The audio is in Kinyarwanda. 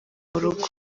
rugo